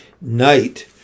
Night